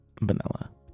Vanilla